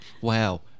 wow